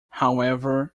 however